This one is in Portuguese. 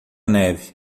neve